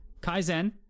kaizen